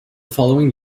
following